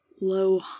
low